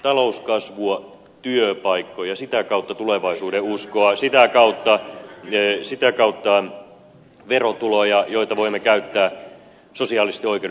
talouskasvua työpaikkoja sitä kautta tulevaisuuden uskoa sitä kautta verotuloja joita voimme käyttää sosiaalisesti oikeudenmukaisella tavalla